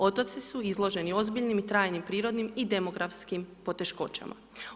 Otoci su izloženi ozbiljnim i trajnim prirodnim i demografskim poteškoćama.